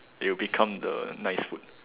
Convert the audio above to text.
it will become the nice food